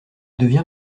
devient